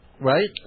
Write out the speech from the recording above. right